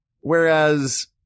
Whereas